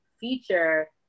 feature